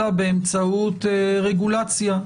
אלא באמצעות רגולציה,